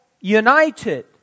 united